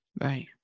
Right